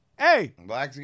Hey